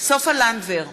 סופה לנדבר,